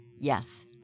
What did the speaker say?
Yes